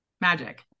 Magic